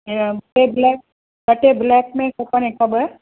ऐं table ॿ table में खपनि हिकु ॿ